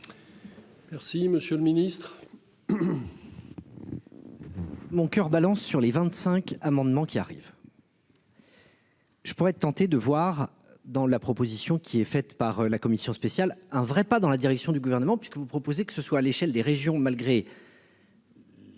Merci, monsieur le Ministre.